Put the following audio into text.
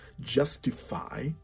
justify